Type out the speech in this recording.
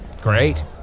Great